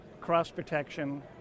cross-protection